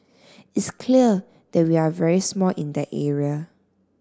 it's clear that we are very small in that area